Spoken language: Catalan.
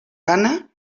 gana